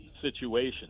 Situation